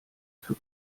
für